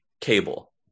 Cable